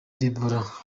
deborah